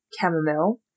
chamomile